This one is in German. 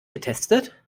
getestet